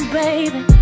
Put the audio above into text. baby